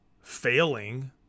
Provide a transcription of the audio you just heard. failing